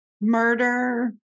murder